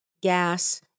gas